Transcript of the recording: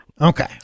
Okay